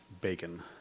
bacon